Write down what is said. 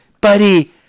buddy